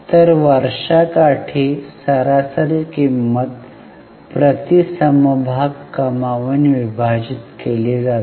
तर वर्षाकाठी सरासरी किंमत प्रति समभाग कमावून विभाजित केली जाते